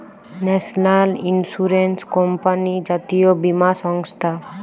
national insurance company জাতীয় বীমা সংস্থা